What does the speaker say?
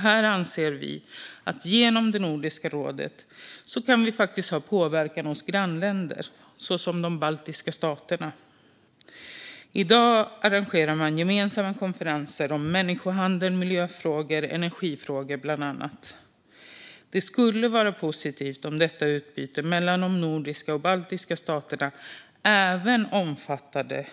Här anser vi att vi genom Nordiska rådet kan påverka grannländer som de baltiska staterna. I dag arrangerar man gemensamma konferenser om människohandel, miljöfrågor, energifrågor med mera. Det skulle vara positivt om detta utbyte mellan de nordiska och baltiska staterna även omfattade